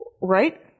Right